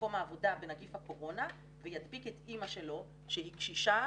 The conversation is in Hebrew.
במקום העבודה בנגיף הקורונה וידביק את אימא שלו שהיא קשישה,